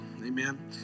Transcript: Amen